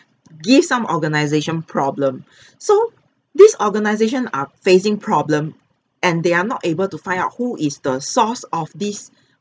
give some organisation problem so these organisation are facing problem and they are not able to find out who is the source of this